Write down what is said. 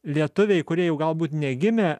lietuviai kurie jau galbūt negimę